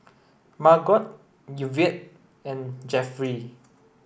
Margot Yvette and Jeffry